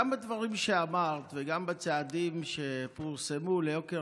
גם בדברים שאמרת וגם בצעדים שפורסמו ליוקר